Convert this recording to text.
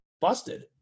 busted